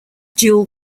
dual